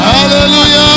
Hallelujah